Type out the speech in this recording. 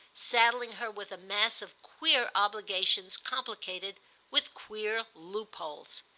saddling her with a mass of queer obligations complicated with queer loopholes.